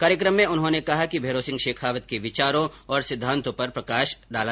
कार्यक्रम में उन्होंने कहा कि भैरोसिंह शेखावत के विचारों और सिंद्वातों पर प्रकाश डाला